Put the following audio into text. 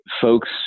folks